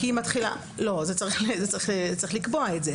את זה צריך לקבוע.